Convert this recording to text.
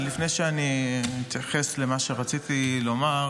לפני שאתייחס למה שרציתי לומר,